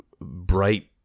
bright